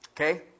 Okay